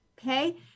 okay